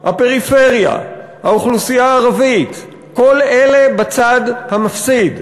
הפריפריה, האוכלוסייה הערבית, כל אלה בצד המפסיד.